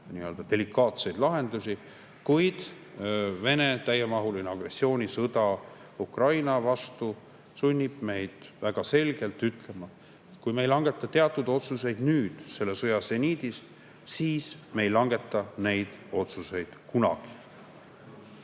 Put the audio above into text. nii-öelda delikaatseid lahendusi, kuid Venemaa täiemahuline agressioonisõda Ukraina vastu sunnib meid väga selgelt ütlema: kui me ei langeta teatud otsuseid nüüd, selle sõja seniidis, siis me ei langeta neid otsuseid kunagi.